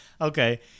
Okay